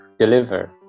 deliver